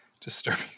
Disturbing